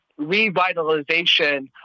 revitalization